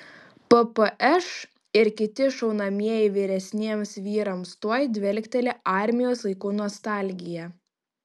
ppš ir kiti šaunamieji vyresniems vyrams tuoj dvelkteli armijos laikų nostalgija